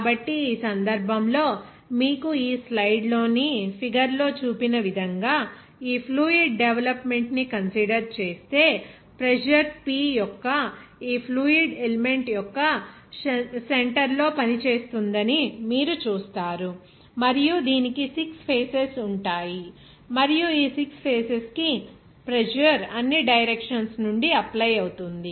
కాబట్టి ఈ సందర్భంలో ఇక్కడ మీకు ఈ స్లైడ్లోని ఫిగర్ లో చూపిన విధంగా ఈ ఫ్లూయిడ్ డెవలప్మెంట్ ని కన్సిడర్ చేస్తే ప్రెజర్ P ఈ ఫ్లూయిడ్ ఎలిమెంట్ యొక్క సెంటర్ లో పని చేస్తుందని మీరు చూస్తారు మరియు దీనికి 6 ఫేసెస్ ఉంటాయి మరియు ఈ 6 ఫేసెస్ కి ప్రెజర్ అన్ని డైరెక్షన్స్ నుండి అప్లై అవుతుంది